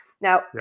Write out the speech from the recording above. Now